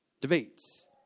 debates